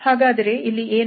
ಹಾಗಾದರೆ ಇಲ್ಲಿ ಏನಾಗುತ್ತಿದೆ